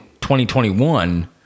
2021